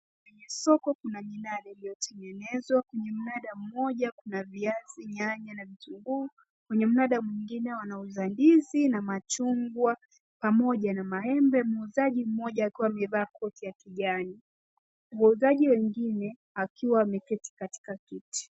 Kwenye soko kuna bidhaa iliyotengenezwa . Kwenye mnada moja kuna viazi , nyanya na vitunguu. Kwenye mnada mwingine wanauza ndizi na machungwa pamoja na maembe. Muuzaji mmoja akiwa amevaa koti ya kijani , wauzaji wengine wakiwa wameketi katika kiti.